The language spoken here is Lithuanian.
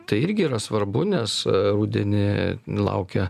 tai irgi yra svarbu nes rudenį laukia